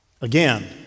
Again